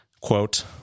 Quote